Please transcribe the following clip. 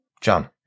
John